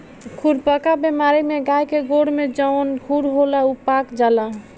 खुरपका बेमारी में गाय के गोड़ में जवन खुर होला उ पाक जाला